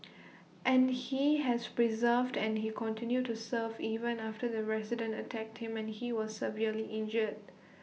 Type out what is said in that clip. and he has preserved and he continued to serve even after the resident attacked him and he was severely injured